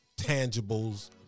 tangibles